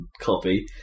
copy